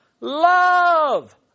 love